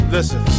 Listen